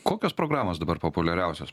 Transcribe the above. kokios programos dabar populiariausios